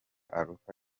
alpha